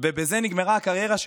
ובזה נגמרה הקריירה שלו.